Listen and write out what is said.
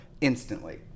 instantly